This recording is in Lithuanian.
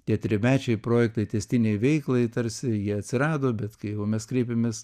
tie trimečiai projektai tęstinei veiklai tarsi jie atsirado bet kai jau mes kreipėmės